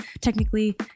technically